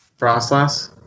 Frostlass